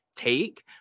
take